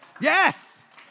Yes